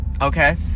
okay